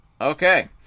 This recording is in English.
Okay